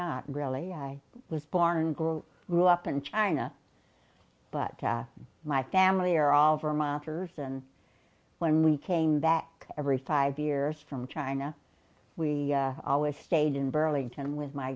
not really i was born girl grew up in china but my family are all vermonters and when we came back every five years from china we always stayed in burlington with my